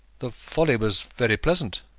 the folly was very pleasant,